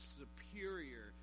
superior